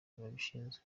babishinzwe